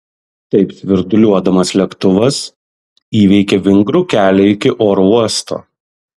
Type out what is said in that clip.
taip svirduliuodamas lėktuvas įveikė vingrų kelią iki oro uosto